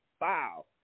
Wow